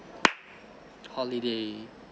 holiday